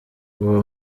uwo